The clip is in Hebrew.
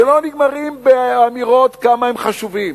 שלא נגמרים באמירות כמה הם חשובים.